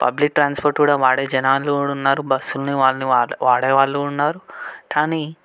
public transport కూడా వాడే జనాలు కూడా ఉన్నారు బస్సులని వాటిని వాడేవాళ్ళు ఉన్నారు కానీ